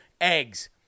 eggs